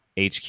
hq